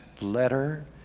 letter